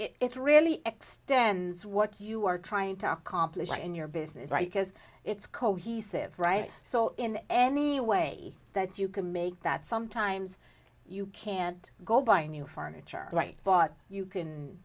really extends what you are trying to accomplish in your business right because it's cohesive right so in any way that you can make that sometimes you can't go buy new furniture right but you can